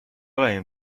قایم